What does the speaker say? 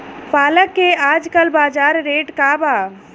पालक के आजकल बजार रेट का बा?